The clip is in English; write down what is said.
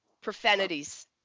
profanities